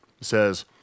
says